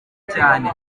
cyane